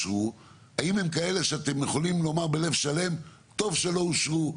האם הם כאלה שאתם יכולים לומר בלב שלם טוב שלא אושרו,